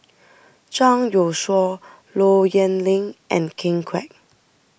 Zhang Youshuo Low Yen Ling and Ken Kwek